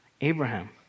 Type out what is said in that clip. Abraham